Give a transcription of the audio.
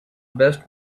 best